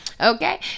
okay